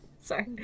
Sorry